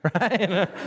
right